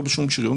לא בשום שריון,